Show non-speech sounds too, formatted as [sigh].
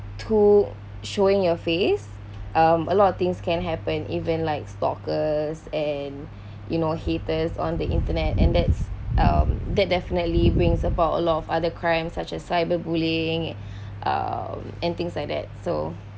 to showing your face um a lot of things can happen even like stalkers and you know haters on the internet and that's um that definitely brings about a lot of other crimes such as cyberbullying [breath] uh and things like that so